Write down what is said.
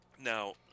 Now